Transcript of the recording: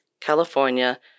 California